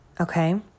okay